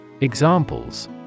Examples